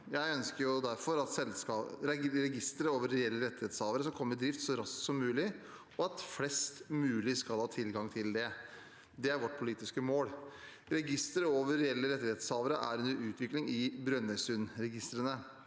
Jeg ønsker derfor at registeret over reelle rettighetshavere skal komme i drift så raskt som mulig, og at flest mulig skal ha tilgang til det. Det er vårt politiske mål. Registeret over reelle rettighetshavere er under utvikling i Brønnøysundregistrene.